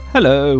Hello